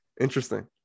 interesting